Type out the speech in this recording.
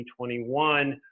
2021